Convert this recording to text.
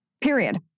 Period